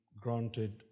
granted